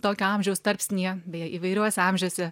tokio amžiaus tarpsnyje beje įvairiuose amžiuose